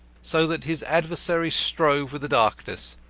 so that his adversary strove with the darkness,